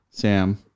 Sam